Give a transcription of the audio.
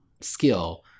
skill